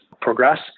progress